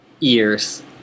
ears